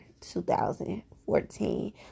2014